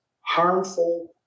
harmful